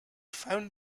found